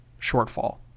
shortfall